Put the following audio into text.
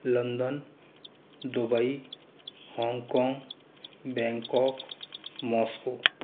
London Dubai Hong Kong Bangkok Moscow